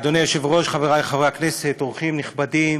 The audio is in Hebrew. אדוני היושב-ראש, חברי חברי הכנסת, אורחים נכבדים,